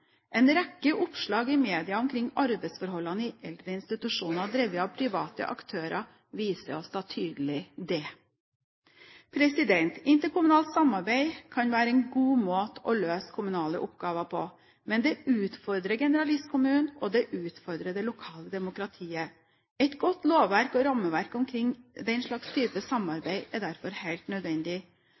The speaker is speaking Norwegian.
En rekke oppslag i media omkring arbeidsforholdene i eldreinstitusjoner drevet av private aktører, viser tydelig det. Interkommunalt samarbeid kan være en god måte å løse kommunale oppgaver på, men det utfordrer generalistkommunen, og det utfordrer det lokale demokratiet. Et godt lovverk og rammeverk omkring den slags type samarbeid er derfor helt nødvendig.